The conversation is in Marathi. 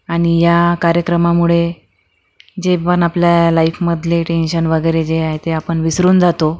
आणि ह्या कार्यक्रमामुळे जे पण आपल्या लाईफमधले टेन्शन वगैरे जे आहे ते आपण विसरून जातो